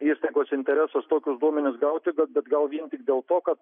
įstaigos interesas tokius duomenis gauti bet gal vien tik dėl to kad